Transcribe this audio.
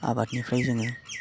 आबादनिफ्राय जोङो